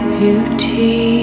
beauty